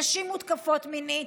נשים מותקפות מינית,